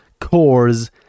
cores